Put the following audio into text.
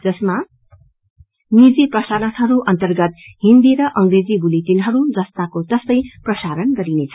जसमा निजी प्रसारणहरू अर्न्तगत हिन्दी र अंग्रेजी बुलेटिनहरूलाई जस्ताको तस्तै प्रसारण गरिनेछ